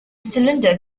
cylinder